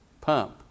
pump